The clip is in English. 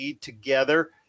together